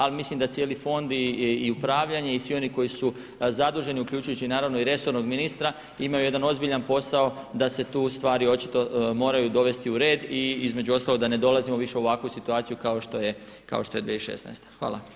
Ali mislim da cijeli fond i upravljanje i svi oni koji su zaduženi uključujući naravno i resornog ministra imaju jedan ozbiljan posao da se tu stvari očito moraju dovesti u red i između ostalog da ne dolazimo više u ovakvu situaciju kao što je 2016.